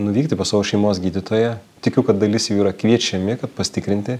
nuvykti pas savo šeimos gydytoją tikiu kad dalis jų yra kviečiami kad pasitikrinti